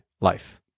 life